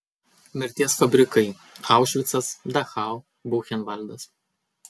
mirties fabrikai aušvicas dachau buchenvaldas